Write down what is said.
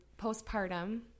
postpartum